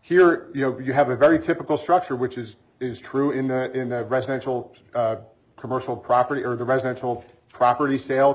here you know you have a very typical structure which is is true in that in that residential commercial property or the residential property sale